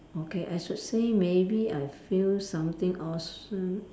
okay I should say maybe I feel something awesome